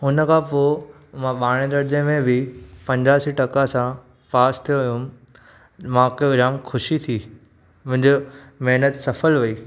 हुन खां पोइ मां ॿारहें दर्जे मे बि पंजासी टका सां पास थियो हुउमि मूंखे जाम ख़ुशी थी मुंहिंजो महिनत सफल वई